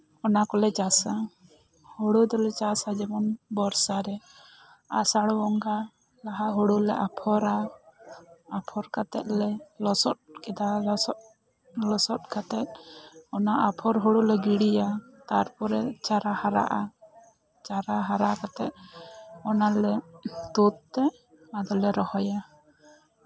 ᱚᱱᱟ ᱠᱚᱞᱮ ᱪᱟᱥᱟ ᱦᱩᱲᱩ ᱫᱚᱞᱮ ᱪᱟᱥᱟ ᱡᱮᱢᱚᱱ ᱵᱚᱨᱥᱟ ᱨᱮ ᱟᱥᱟᱲ ᱵᱚᱸᱜᱟ ᱞᱟᱦᱟ ᱦᱩᱲᱩ ᱞᱮ ᱟᱯᱷᱚᱨᱟ ᱟᱯᱷᱚᱨ ᱠᱟᱛᱮ ᱞᱮ ᱞᱚᱥᱚᱫ ᱠᱮᱫᱟ ᱞᱚᱥᱚᱫ ᱠᱟᱛᱮ ᱚᱱᱟ ᱟᱯᱷᱚᱨ ᱦᱩᱲᱩ ᱞᱮ ᱜᱤᱲᱤᱭᱟ ᱛᱟᱨᱯᱚᱨ ᱪᱟᱨᱟ ᱦᱟᱨᱟᱜᱼᱟ ᱪᱟᱨᱟ ᱦᱟᱨᱟ ᱠᱟᱛᱮ ᱚᱱᱟᱞᱮ ᱛᱳᱫ ᱛᱮ ᱟᱫᱚᱞᱮ ᱨᱚᱦᱚᱭᱟ